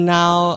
now